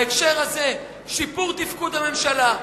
בהקשר הזה: שיפור תפקוד הממשלה,